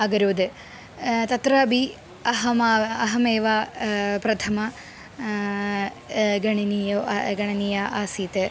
अकरोत् तत्रापि अहमेव अहमेव प्रथम गणनीयौ गणनीया आसीत्